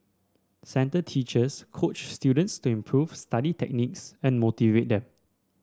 centre teachers coach students to improve study techniques and motivate them